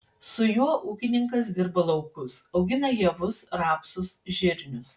su juo ūkininkas dirba laukus augina javus rapsus žirnius